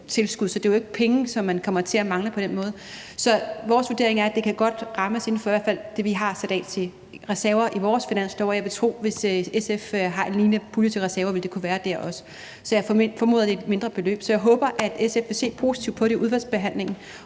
givet. Så det er jo ikke penge, som man kommer til at mangle på den måde. Så vores vurdering er, at det i hvert fald godt kan rummes inden for det, vi har sat af til reserver i vores finanslovsudspil. Og jeg vil tro, at det, hvis SF har en lignende pulje til reserver, også vil kunne være der. Så jeg formoder, det er et mindre beløb. Så jeg håber, at SF vil se positivt på det i udvalgsbehandlingen,